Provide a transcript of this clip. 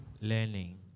Learning